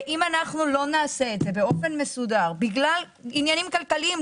אם אנחנו לא נעשה את זה באופן מסודר בגלל עניינים כלכליים,